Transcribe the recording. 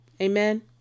Amen